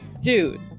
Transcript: dude